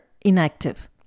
inactive